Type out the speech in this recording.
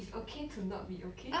it's okay to not be okay